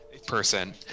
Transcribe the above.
person